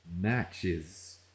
matches